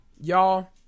Y'all